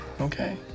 Okay